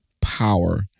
power